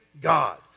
God